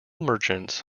merchants